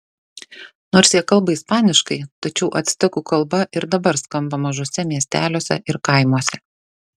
nors jie kalba ispaniškai tačiau actekų kalba ir dabar skamba mažuose miesteliuose ir kaimuose